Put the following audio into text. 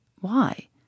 Why